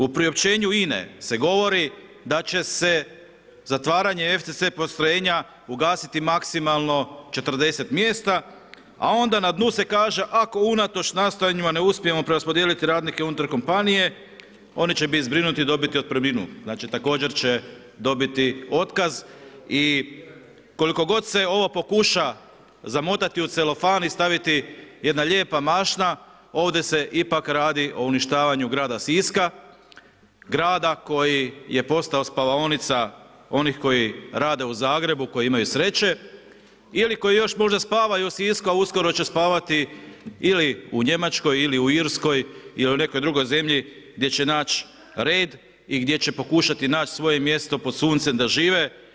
U priopćenju INA-e se govori da će se zatvaranje FCC postrojenja ugasiti maksimalno 40 mjesta a onda na dnu se kaže ako unatoč nastojanjima ne uspijemo preraspodijeliti radnike unutar kompanije, oni će biti zbrinuti i dobiti otpremninu, znači također će dobiti otkaz i koliko god se ovo pokuša zamotati u celofan i staviti jedna lijepa mašna, ovdje se ipak radi o uništavanju grada Siska, grada koji je postao spavaonica onih kojih rade u Zagrebu, koji imaju sreće ili koji još možda spavaju u Sisku a uskoro će spavati ili u Njemačkoj ili u Irskoj ili nekoj drugoj zemlji gdje će naći red i gdje će pokušati naći svoje mjesto pod suncem da žive.